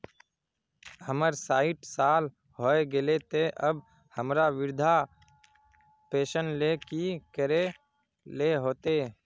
हमर सायट साल होय गले ते अब हमरा वृद्धा पेंशन ले की करे ले होते?